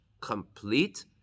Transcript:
complete